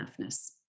enoughness